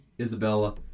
Isabella